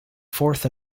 fourth